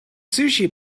sushi